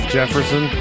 Jefferson